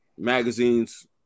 Magazines